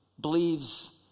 believes